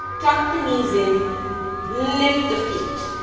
tuck the knees in lift the feet.